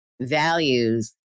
values